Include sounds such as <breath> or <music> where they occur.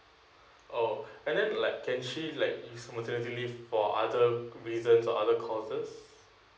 oh <breath> and then like can she like use maternity leave for other reasons or other causes